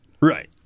Right